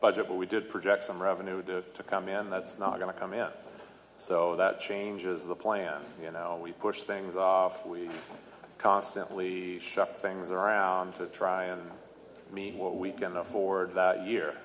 budget but we did project some revenue due to come in that's not going to come in so that changes the plan you know we push things off we constantly shop things around to try and me what we can afford